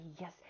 Yes